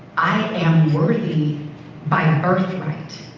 i am worthy by birthright.